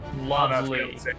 lovely